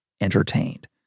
entertained